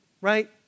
right